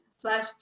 slash